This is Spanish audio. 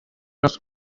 los